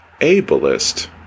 ableist